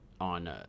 on